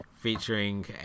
featuring